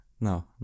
No